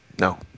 No